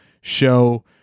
show